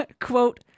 Quote